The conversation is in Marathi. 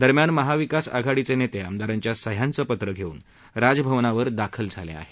दरम्यान महाविकास आघाडीचे नेते आमदारांच्या सह्याचं पत्र घेऊन राजभवनावर दाखल झाले आहेत